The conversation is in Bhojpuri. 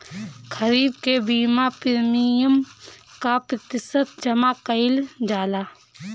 खरीफ के बीमा प्रमिएम क प्रतिशत जमा कयील जाला?